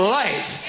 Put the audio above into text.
life